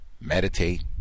meditate